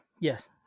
Yes